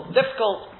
difficult